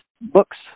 books